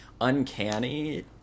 uncanny